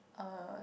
uh